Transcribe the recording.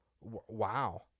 wow